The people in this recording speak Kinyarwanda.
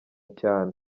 cyane